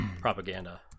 propaganda